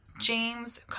James